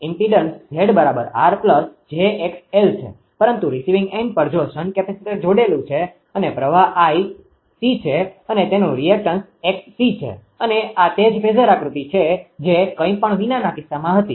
impedance Z 𝑟 𝑗𝑥𝑙 છે પરંતુ receiving end પર જો શન્ટ કેપેસિટર જોડાયેલું છે અને પ્રવાહ 𝐼𝑐 છે અને તેનું રીએક્ટન્સreactance પ્રતિક્રિયા 𝑥𝑐 છે અને આ તે જ ફેઝર આકૃતિ છે જે કંઈપણ વિનાના કિસ્સામાં હતી